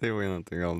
tai vainotai gal